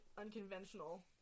unconventional